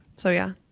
so yeah.